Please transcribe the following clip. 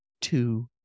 two